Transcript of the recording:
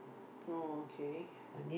oh okay